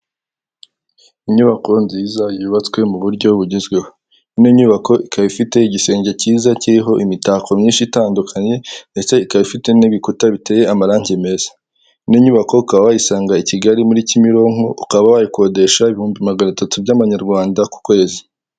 Inyubako nziza yubatswe mu buryo bugezweho, ino nyubako ikaba ifite igisenge kiza kiriho imitako myinshi itandukanye ndetse ikaba ifite n'ibikuta biteye amarangi meza, ino nyubako ukaba wayisanga i Kigali muri Kimironko ukaba wayikodesha ibihumbi magana atatu by'amanyarwanda ku kwezi.